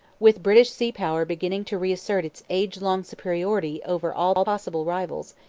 with british sea-power beginning to reassert its age-long superiority over all possible rivals,